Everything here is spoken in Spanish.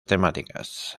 temáticas